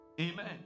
Amen